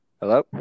Hello